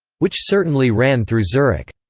which certainly ran through zurich.